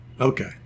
Okay